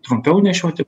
trumpiau nešioti